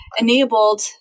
enabled